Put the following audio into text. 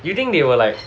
you think they will like